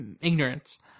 ignorance